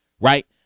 right